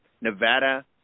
Nevada